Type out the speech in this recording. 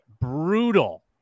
brutal